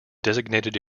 designated